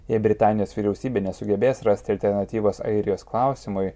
jei britanijos vyriausybė nesugebės rasti alternatyvos airijos klausimui